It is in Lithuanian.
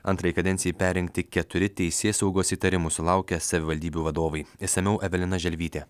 antrai kadencijai perrinkti keturi teisėsaugos įtarimų sulaukę savivaldybių vadovai išsamiau evelina želvytė